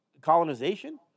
colonization